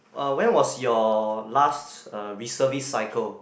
uh when was your last uh reservist cycle